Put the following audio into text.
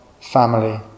family